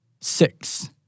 six